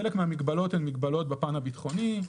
חלק מהמגבלות הן מגבלות בפן הביטחוני,